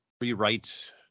rewrite